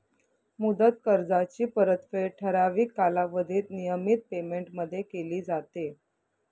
मुदत कर्जाची परतफेड ठराविक कालावधीत नियमित पेमेंटमध्ये केली जाते